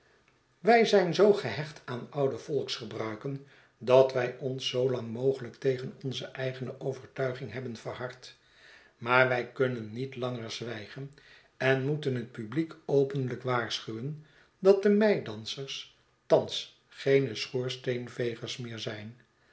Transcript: wij zijn zoo gehecht aan oude volksgebruiken dat wij ons zoo lang mogelijk tegen onze eigene overtuiging hebben verhard maar wij kunnen niet langer zwijgen en moeten het publiek openlijk waarschuwen dat de meidansers thans geene schoorsteenvegers meer zijn